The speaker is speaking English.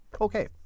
Okay